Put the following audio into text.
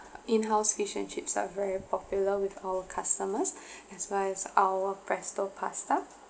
in-house fish and chips are very popular with our customers as well as our pesto pasta